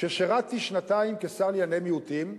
כששירתי שנתיים כשר לענייני מיעוטים,